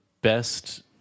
best